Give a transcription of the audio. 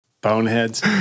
Boneheads